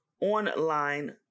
online